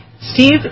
Steve